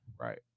Right